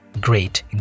great